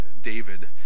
David